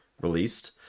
released